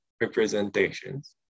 representations